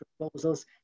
proposals